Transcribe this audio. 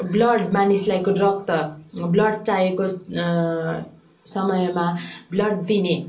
blood मानिसलाई रक्त blood चाहेको समयमा ब्लड दिने